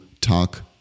talk